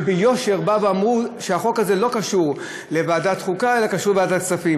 שביושר אמרו שהחוק הזה לא קשור לוועדת החוקה אלא קשור לוועדת הכספים,